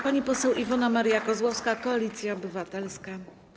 Pani poseł Iwona Maria Kozłowska, Koalicja Obywatelska.